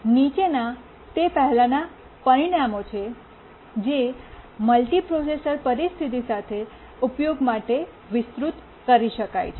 નીચેનાં તે પહેલાંનાં પરિણામો છે જે મલ્ટિપ્રોસેસર પરિસ્થિતિ સાથે ઉપયોગ માટે વિસ્તૃત કરી શકાય છે